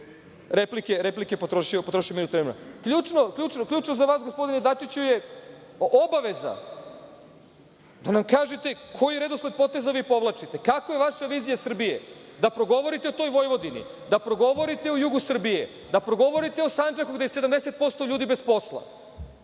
života, rezignacija. Ključno za vas je gospodine Dačiću, obaveza da nam kažete koji redosled poteza vi povlačite, kakva je vaša vizija Srbije, da progovorite o toj Vojvodini, da progovorite o jugu Srbije, da progovorite o Sandžaku gde je 70% ljudi bez posla.